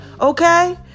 okay